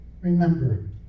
Remember